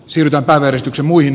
sillä päivällistyksen muihin